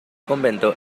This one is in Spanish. convento